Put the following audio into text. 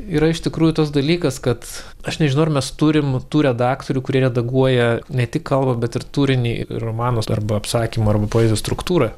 yra iš tikrųjų tas dalykas kad aš nežinau ar mes turim tų redaktorių kurie redaguoja ne tik kalbą bet ir turinį romano arba apsakymo arba poezijos struktūrą